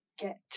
get